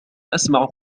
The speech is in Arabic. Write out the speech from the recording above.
أسمع